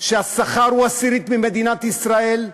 שהשכר בהן הוא עשירית מבמדינת ישראל,